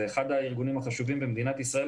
זה אחד הארגונים החשובים במדינת ישראל